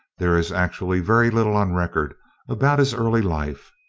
there is actually very little on record about his early life.